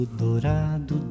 dourado